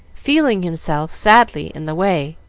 feeling himself sadly in the way.